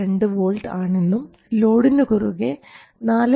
2 V ആണെന്നും ലോഡിനു കുറുകെ 4